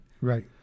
Right